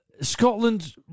Scotland